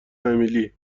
امیلی